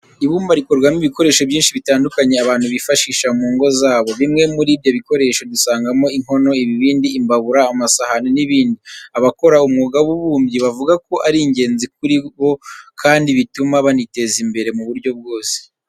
Ibumba rikorwamo ibikoresho byinshi bitandukanye abantu bifashisha mu ngo zabo. Bimwe muri ibyo bikoresho dusangamo inkono, ibibindi, imbabura, amasahane n'ibindi. Abakora umwuga w'ububumbyi bavuga ko ari ingenzi kuri bo kandi bituma baniteza imbere mu buryo bwose.